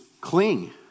cling